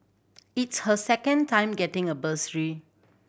it's her second time getting a bursary